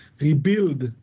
rebuild